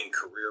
career